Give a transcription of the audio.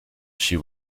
she